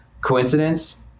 Coincidence